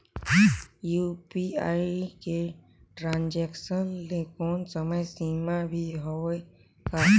UPI के transaction ले कोई समय सीमा भी हवे का?